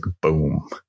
boom